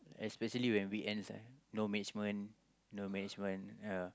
especially when we end is like no management no management ya